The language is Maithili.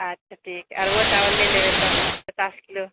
अच्छा ठीक छै अरबा चावल लए लेबै तऽ पचास किलो